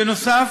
בנוסף,